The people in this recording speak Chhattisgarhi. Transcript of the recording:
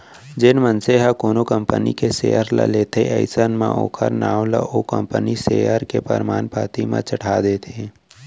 जेन मनसे ह कोनो कंपनी के सेयर ल लेथे अइसन म ओखर नांव ला ओ कंपनी सेयर के परमान पाती म चड़हा देथे